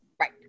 Right